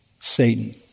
Satan